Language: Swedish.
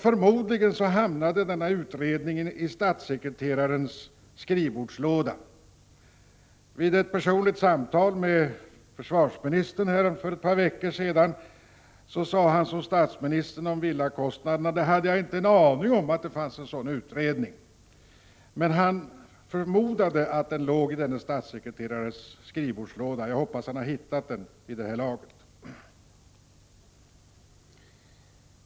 Förmodligen hamnade detta betänkande i statssekreterarens skrivbordslåda. Vid ett personligt samtal för ett par veckor sedan sade försvarsministern, precis som statsministern om villapriserna, att ”det hade jag inte en aning om”, nämligen att det fanns en sådan utredning. Han förmodade emellertid att den låg i denne statssekreterares skrivbordslåda. Jag hoppas att han har hittat den vid det här laget.